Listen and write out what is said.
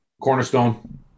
Cornerstone